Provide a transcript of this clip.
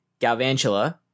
galvantula